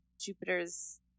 Jupiter's